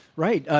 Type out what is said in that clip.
right,